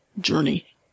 journey